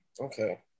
Okay